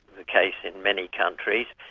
the case in many countries,